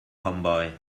homeboy